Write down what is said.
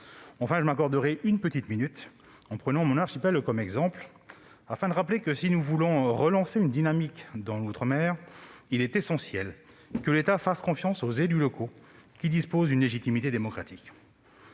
Enfin, je prendrai brièvement mon archipel pour exemple, afin de rappeler que, si nous voulons relancer une dynamique dans l'outre-mer, il est essentiel que l'État fasse confiance aux élus locaux, qui disposent d'une légitimité démocratique.